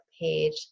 page